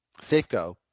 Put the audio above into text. Safeco